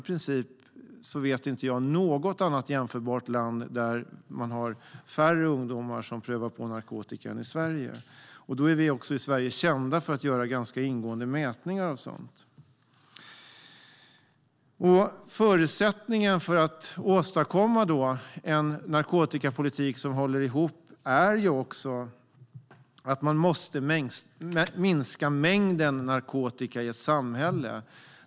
I princip vet jag inte något annat jämförbart land där man har färre ungdomar som prövar på narkotika än i Sverige. Vi är då också i Sverige kända för att göra ganska ingående mätningar av sådant. Förutsättningen för att åstadkomma en narkotikapolitik som håller ihop är att man måste minska mängden narkotika i ett samhälle.